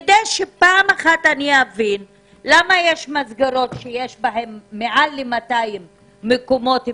כדי שפעם אחת אני אבין למה יש מסגרות שיש בהן מעל 200 מקומות פנויים,